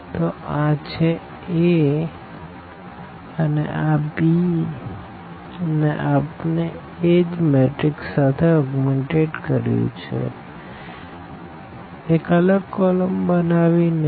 તો આ છે A 1 1 1 2 3 1 1 2 3 અને આ b ને આપણે એજ મેટ્રીક્સ સાથે ઓગ્મેનટેડ કર્યું છે એક અલગ કોલમ બનાવી ને